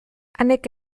anek